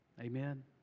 Amen